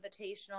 Invitational